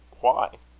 why?